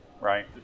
right